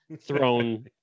thrown